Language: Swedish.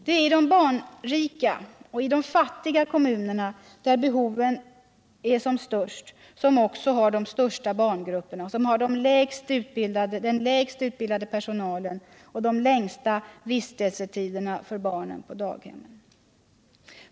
Det är i de barnrika och de fattiga kommunerna som behoven är som störst, och det är också de som har de största barngrupperna, den lägst utbildade personalen och de längsta vistelsetiderna för barnen på daghem.